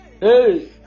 Hey